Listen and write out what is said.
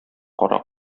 кара